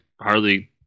Harley